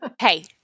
hey